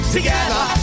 Together